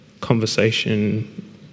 conversation